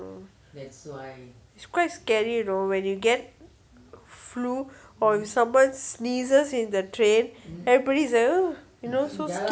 it's quite scary you know when you get flu or someone sneezes in the train everybody like ugh you know so